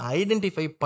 identify